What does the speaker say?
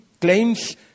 claims